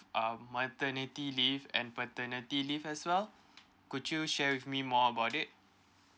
um maternity leave and paternal leave as well could you share with me more about it